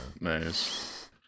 Nice